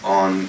on